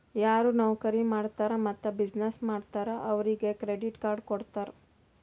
ಯಾರು ನೌಕರಿ ಮಾಡ್ತಾರ್ ಮತ್ತ ಬಿಸಿನ್ನೆಸ್ ಮಾಡ್ತಾರ್ ಅವ್ರಿಗ ಕ್ರೆಡಿಟ್ ಕಾರ್ಡ್ ಕೊಡ್ತಾರ್